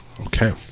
Okay